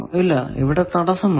ഇല്ല ഇവിടെ തടസം ഉണ്ട്